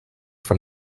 from